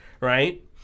right